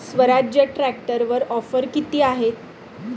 स्वराज्य ट्रॅक्टरवर ऑफर किती आहे?